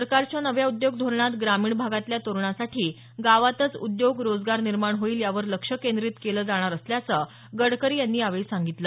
सरकारच्या नव्या उद्योग धोरणात ग्रामीण भागातल्या तरुणांसाठी गावातच उद्योग रोजगार निर्माण होईल यावर लक्ष केंद्रीत केलं जाणार असल्याचं गडकरी यांनी यावेळी सांगितलं